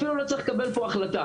אפילו לא צריך לקבל פה החלטה.